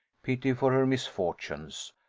pity for her misfortunes,